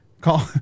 call